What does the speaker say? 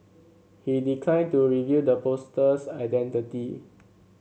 he declined to reveal the poster's identity